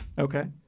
Okay